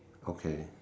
okay